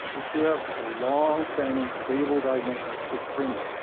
if you have a longstanding stable diagnosis of schizophrenia,